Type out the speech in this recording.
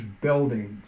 buildings